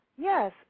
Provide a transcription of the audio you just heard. Yes